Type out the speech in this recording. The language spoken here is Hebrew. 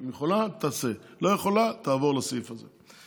היא יכולה, תעשה, לא יכולה, תעבור לסעיף הזה.